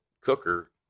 cooker